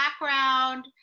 background